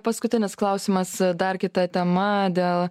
paskutinis klausimas dar kita tema dėl